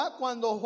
cuando